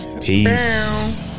Peace